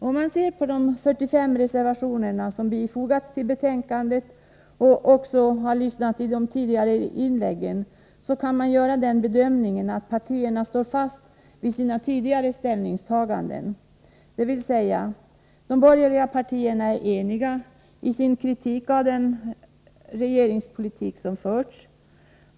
Om man ser på de 45 reservationer som fogats till betänkandet och om man lyssnat till de tidigare inläggen kan man göra den bedömningen att partierna står fast vid sina tidigare ställningstaganden, dvs. att de borgerliga partierna är eniga i sin kritik av den regeringspolitik som förts.